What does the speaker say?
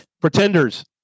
Pretenders